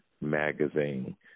Magazine